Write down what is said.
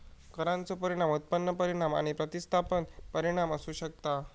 करांचो परिणाम उत्पन्न परिणाम आणि प्रतिस्थापन परिणाम असू शकतत